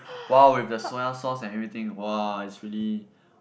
!wah! with the soy sauce and everything !wah! it's really